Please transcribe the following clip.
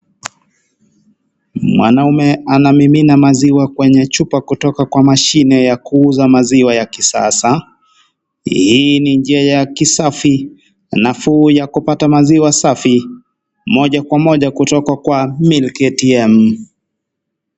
Mwanaume anamimina maziwa kwenye chupa kutoka kwa mashine ya kuuza maziwa ya kisasa. Hii ni njia ya kisafi nafuu ya kupata maziwa safi moja kwa moja kutoka kwa Milk ATM.